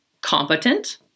competent